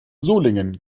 solingen